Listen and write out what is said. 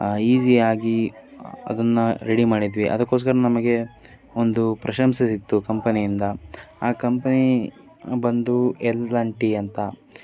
easy ಆಗಿ ಅದನ್ನು ready ಮಾಡಿದ್ವಿ ಅದಕ್ಕೋಸ್ಕರ ನಮಗೆ ಒಂದು ಪ್ರಶಂಸೆ ಸಿಕ್ಕಿತು ಕಂಪನಿಯಿಂದ ಆ ಕಂಪನಿ ಬಂದು ಎಲ್ ಎನ್ ಟಿ ಅಂತ